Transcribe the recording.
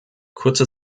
kurze